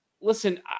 Listen